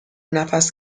نفس